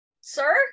sir